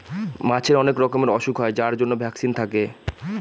মাছের অনেক রকমের ওসুখ হয় যার জন্য ভ্যাকসিন থাকে